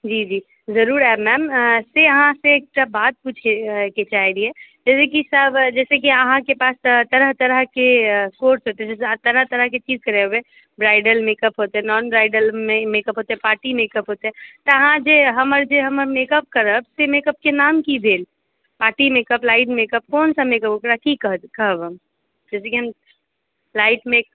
जी जी जरूर आएयब मैम से अहाँ से एकटा बात पूछै के चाहलियै जाहिसॅं कि सब अहाँके पास तऽ तरह के तरह के कोर्स हेतै तरह तरह के चीज करेबै ब्राइडल मेकअप होतै नॉन ब्राइडल मेकअप होतै पार्टी मेकअप होतै तऽ अहाँ जे हमर जे हमर मेकअप करब से मेकअप के नाम की भेल पार्टी मेकअप लाइव मेकअप कोन सा मेकअप ओकरा की कहब हम जाहिसॅं कि हम लाइफ मे